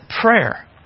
prayer